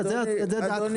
זה דעתך.